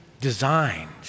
designed